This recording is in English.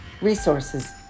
Resources